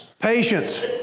Patience